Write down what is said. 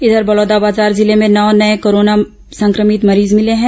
इधर बलौदाबाजार जिले में नौ नए कोरोना संक्रमित मरीज मिले हैं